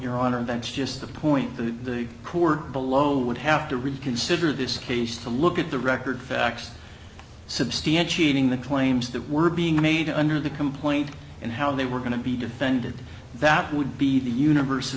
your honor and then just the point that the court below would have to reconsider this case to look at the record facts substantiating the claims that were being made under the complaint and how they were going to be defended that would be the univers